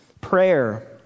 Prayer